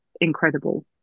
incredible